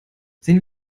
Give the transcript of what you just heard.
sehen